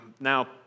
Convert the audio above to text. Now